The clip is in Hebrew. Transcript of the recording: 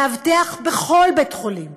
מאבטח בכל בית-חולים,